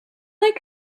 like